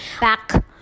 back